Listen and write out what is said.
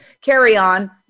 carry-on